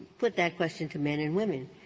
put that question to men and women.